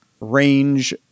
range